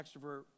extrovert